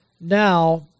now